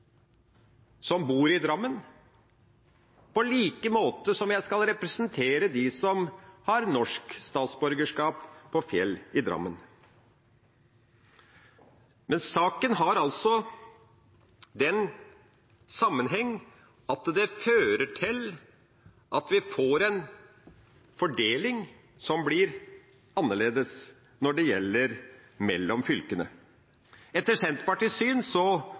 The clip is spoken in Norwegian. på lik måte som jeg skal representere dem på Fjell i Drammen som har norsk statsborgerskap. Men saken har den sammenheng at det fører til at vi får en fordeling mellom fylkene som blir annerledes.